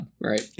right